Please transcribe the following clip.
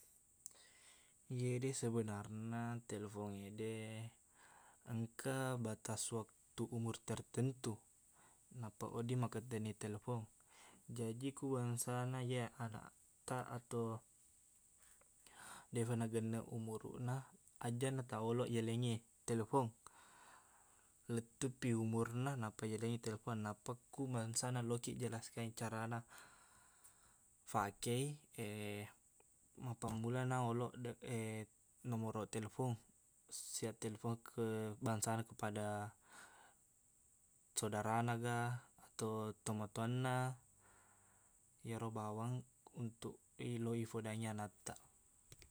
Iyede sebenenarna telfongngede engka batas waktu umur tertentu nappa wedding makkatenni telefong jaji ku bangsana iye anaktaq ato defa nagenneq umuruqna ajjaqna taoloq yalengngi telfong lettuqpi umurna nappa yalengngi telfong nappa ku bangsana lokiq jelaskanngi carana fakei mappammulana oloq nomoroq telfong sia telfong ke bangsana kepada sodaranaga atau tomatoanna iyero bawang untuk iloi fodangngi anattaq